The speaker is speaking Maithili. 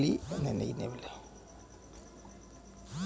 खाता मे पैसा जमा करै लेली जमा पर्ची भरैल लागै छै